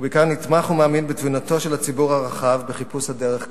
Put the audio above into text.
ובעיקר נתמך ומאמין בתבונתו של הציבור הרחב בחיפוש הדרך קדימה.